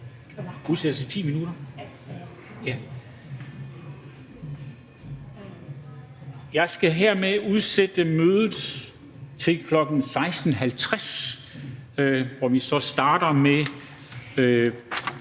Jeg skal hermed udsætte mødet til kl. 16.50, hvor vi så starter med